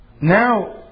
Now